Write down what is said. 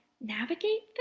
navigate